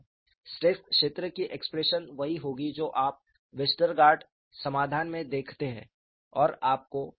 stress क्षेत्र की expression वही होगी जो आप वेस्टरगार्ड समाधान में देखते हैं और आपको 2𝜳′Z